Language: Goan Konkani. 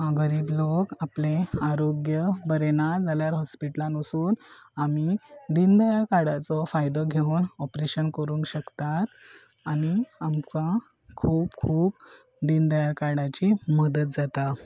गरीब लोक आपले आरोग्य बरें ना जाल्यार हॉस्पिटलान वसून आमी दिन दयार कार्डाचो फायदो घेवन ऑपरेशन करूंक शकतात आनी आमकां खूब खूब दिन दयाळ कार्डाची मदत जाता